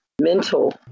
mental